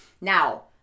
Now